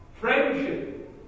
friendship